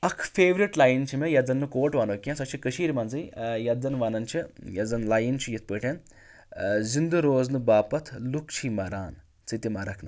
اَکھ favourite line چھِ مےٚ یَتھ زَن نہٕ کوٹ وَنو کینٛہہ سۄ چھَ کٔشیٖرِ منٛزٕے یَتھ زَن وَنان چھِ یَس زَن لایِن چھِ یَتھ پٲٹھۍ زِندٕ روزنہٕ باپَتھ لُک چھی مَران ژٕ تہِ مَرَکھ نا